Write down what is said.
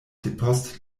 depost